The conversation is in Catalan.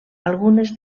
algunes